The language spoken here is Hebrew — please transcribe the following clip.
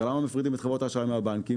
הרי למה מפרידים את חברות האשראי מהבנקים?